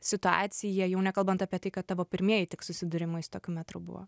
situacija jau nekalbant apie tai kad tavo pirmieji susidūrimai su tokiu metru buvo